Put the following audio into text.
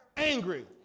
angry